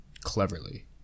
cleverly